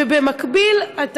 נוסף על כך,